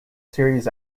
series